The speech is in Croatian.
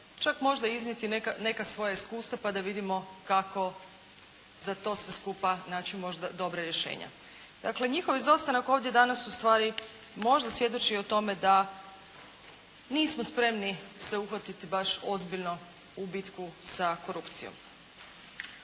Čak možda iznijeti neka svoja iskustva pa da vidimo kako za to sve skupa naći možda dobra rješenja. Dakle njihov izostanak ovdje danas ustvari možda svjedoči o tome da nismo spremni se uhvatiti baš ozbiljno u bitku sa korupcijom.